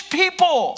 people